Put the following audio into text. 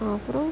(uh huh)